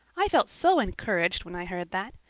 i felt so encouraged when i heard that.